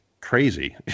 crazy